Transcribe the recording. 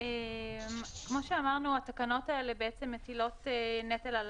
כמו שאמרנו התקנות האלה מטילות נטל על